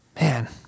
man